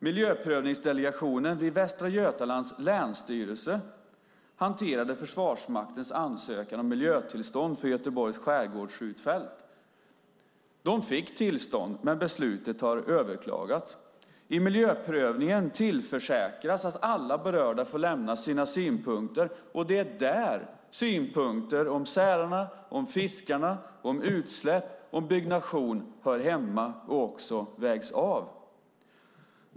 Miljöprövningsdelegationen vid Västra Götalands länsstyrelse hanterade Försvarsmaktens ansökan om miljötillstånd för Göteborgs skärgårdsskjutfält. De fick tillstånd, men beslutet har överklagats. I miljöprövningen tillförsäkras att alla berörda får lämna sina synpunkter. Det är där synpunkter om sälarna, om fiskarna, om utsläpp och om byggnation hör hemma och också vägs av.